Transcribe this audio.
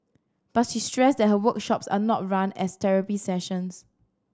but she stressed that her workshops are not run as therapy sessions